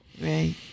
Right